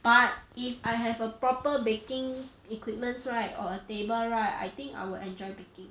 but if I have a proper baking equipments right or a table right I think I will enjoy baking